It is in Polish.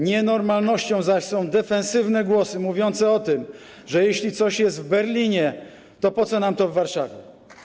Nienormalnością zaś są defensywne głosy mówiące o tym, że jeśli coś jest w Berlinie, to po co nam to w Warszawie.